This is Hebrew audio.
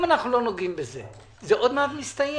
אם אנחנו לא נוגעים בזה, זה עוד מעט מסתיים,